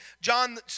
John